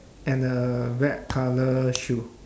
and a black colour shoe